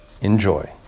enjoy